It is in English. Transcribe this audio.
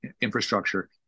infrastructure